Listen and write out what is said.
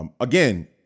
Again